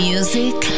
Music